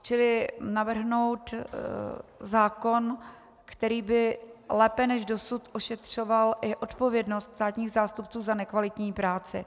Čili navrhnout zákon, který by lépe než dosud ošetřoval i odpovědnost státních zástupců za nekvalitní práci.